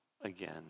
again